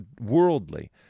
worldly